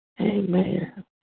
Amen